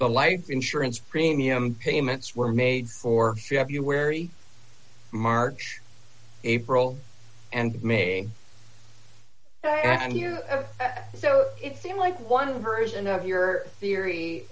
a life insurance premium payments were made for you wary march april and may so it seemed like one version of your theory